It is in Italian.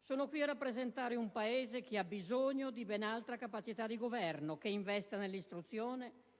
Sono qui a rappresentare un Paese che ha bisogno di ben altra capacità di governo, che investa nell'istruzione